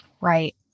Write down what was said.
Right